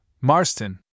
Marston